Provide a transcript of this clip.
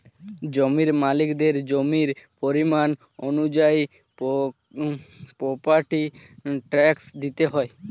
জমির মালিকদের জমির পরিমাণ অনুযায়ী প্রপার্টি ট্যাক্স দিতে হয়